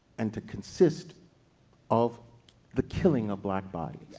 and to consist of the killing of black bodies,